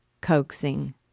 coaxing